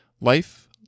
Life